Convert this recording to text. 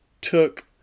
took